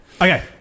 Okay